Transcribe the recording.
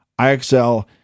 IXL